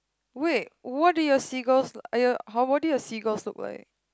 wait what do your seagulls are your how what do your seagulls look like